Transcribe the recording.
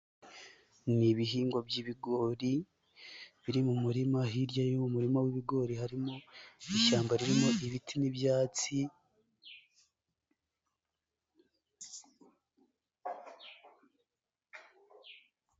Ni ibihingwa by'ibigori biri mu murima, hirya y'uwo murima w'ibigori harimo ishyamba ririmo ibiti n'ibyatsi.